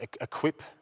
equip